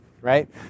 right